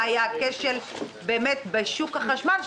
מה היה הכשל בשוק החשמל,